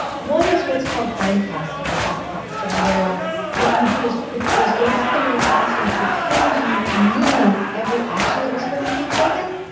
one is what's called hind casting or bad casting, where what you do is is go back into the past and pretend you knew every action that was going to be taken,